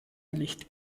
licht